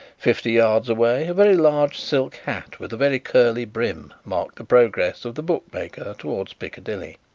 fifty yards away, a very large silk hat with a very curly brim marked the progress of the bookmaker towards piccadilly.